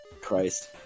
Christ